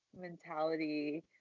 mentality